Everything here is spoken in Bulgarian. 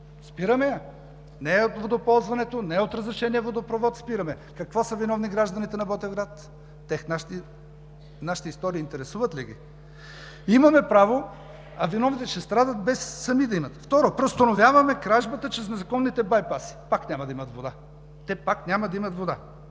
Спираме я! Не е от водоползването, не е от разрешения водопровод – спираме я. Какво са виновни гражданите на Ботевград?! Тях нашите истории интересуват ли ги? Те ще страдат, без сами да имат…. Второ, преустановяваме кражбата чрез незаконните байпаси. Пак няма да имат вода! Те пак няма да имат вода!